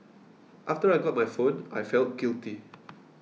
after I got my phone I felt guilty